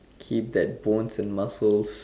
keep that bones and muscles